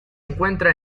encuentra